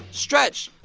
stretch,